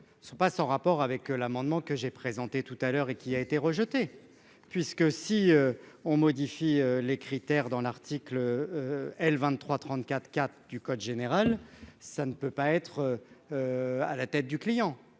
ne sont pas sans rapport avec l'amendement que j'ai présenté tout à l'heure et qui a été rejetée, puisque si on modifie les critères dans l'article L 23 34 4 du code général, ça ne peut pas être à la tête du client,